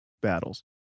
battles